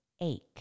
ache